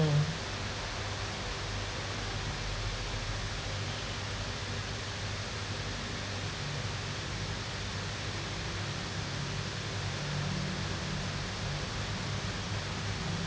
mm